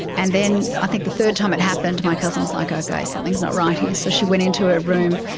and then i think the third time it happened my cousin was like, okay, something is not right here, so she went into her room,